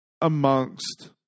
amongst